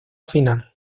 final